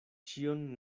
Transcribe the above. ĉion